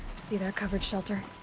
see that covered shelter?